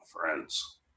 friends